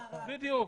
בדיוק.